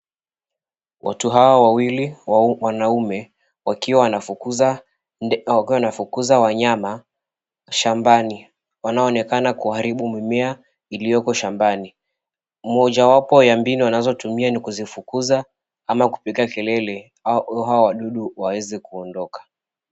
Watu hao wawili wanaume wakiwa wanafukuza wanyama shambani, wanaonekana kuharibu mimea ilioko, moja wapo ya mbinu wanazotumia nikuzifukuza ama kupigia kelele hao wadudu waweze kuondoka.